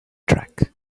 track